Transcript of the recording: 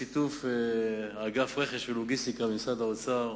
בשיתוף אגף רכש ולוגיסטיקה במשרד האוצר,